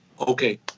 okay